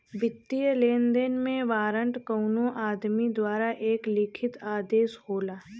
वित्तीय लेनदेन में वारंट कउनो आदमी द्वारा एक लिखित आदेश होला